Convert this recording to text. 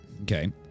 Okay